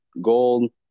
gold